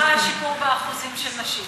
הרחבה של ההרכב לא מבטיחה שיפור באחוזים של נשים.